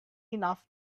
enough